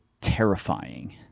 terrifying